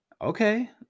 Okay